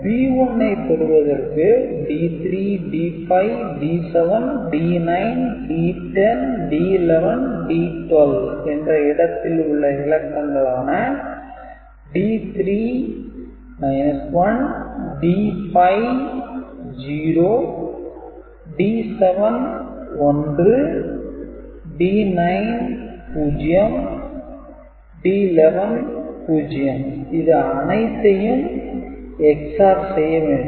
P1 ஐ பெறுவதற்கு D3 D5 D7 D9 D10 D11 D12 என்ற இடத்தில் உள்ள இலக்கங்களான D3 - 1 D5 0 D7 - 1 D9 - 0 D11 - 0 இது அனைத்தையும் EX - OR செய்ய வேண்டும்